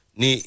ni